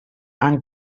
amb